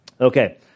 Okay